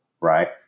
right